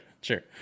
sure